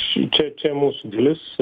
šičia čia mūsų dalis